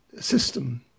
system